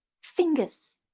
fingers